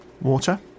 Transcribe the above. water